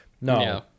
no